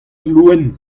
loen